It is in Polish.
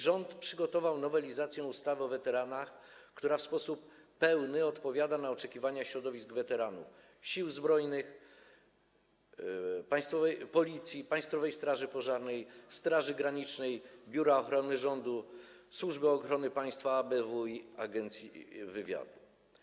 Rząd przygotował nowelizację ustawy o weteranach, która w sposób pełny odpowiada na oczekiwania środowisk weteranów Sił Zbrojnych, Policji, Państwowej Straży Pożarnej, Straży Granicznej, Biura Ochrony Rządu, Służby Ochrony Państwa, ABW i Agencji Wywiadu.